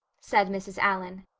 said mrs. allan,